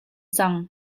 cang